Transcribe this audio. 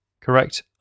correct